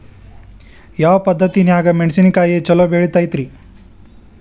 ಯಾವ ಪದ್ಧತಿನ್ಯಾಗ ಮೆಣಿಸಿನಕಾಯಿ ಛಲೋ ಬೆಳಿತೈತ್ರೇ?